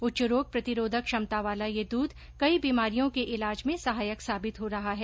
उच्च रोग प्रतिरोधक क्षमता वाला ये दूध केई बीमारियों के इलाज में सहायक साबित हो रहा है